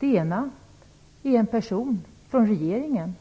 Det ena är en person från regeringen.